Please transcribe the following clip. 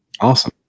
awesome